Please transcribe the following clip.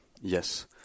Yes